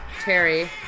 Terry